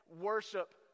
worship